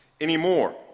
anymore